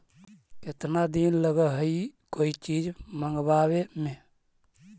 केतना दिन लगहइ कोई चीज मँगवावे में?